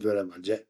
coze li